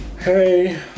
hey